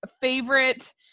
favorite